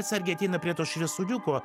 atsargiai ateina prie to šviesuliuko